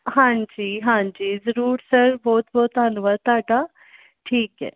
ਹਾਂਜੀ ਹਾਂਜੀ ਜ਼ਰੂਰ ਸਰ ਬਹੁਤ ਬਹੁਤ ਧੰਨਵਾਦ ਤੁਹਾਡਾ ਠੀਕ ਹੈ